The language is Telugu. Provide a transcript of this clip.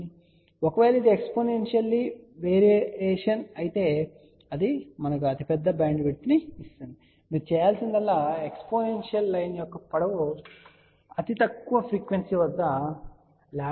కాబట్టి ఒకవేళ ఇది ఎక్స్పోనెన్షియల్ వేరియేషన్ అయితే అది మాకు అతిపెద్ద బ్యాండ్విడ్త్ను ఇస్తుంది మీరు చేయాల్సిందల్లా ఎక్స్పోనెన్షియల్ లైన్ యొక్క పొడవు అత్యల్ప ఫ్రీక్వెన్సీ వద్ద λ 2 కంటే ఎక్కువగా ఉండాలి